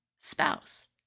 spouse